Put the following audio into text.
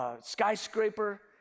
skyscraper